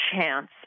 chance